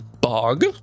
Bog